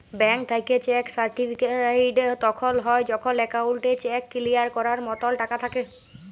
bank থ্যাইকে cheque certified তখল হ্যয় যখল একাউল্টে চ্যাক কিলিয়ার ক্যরার মতল টাকা থ্যাকে